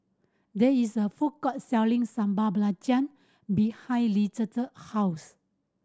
there is a food court selling Sambal Belacan behind Lizette house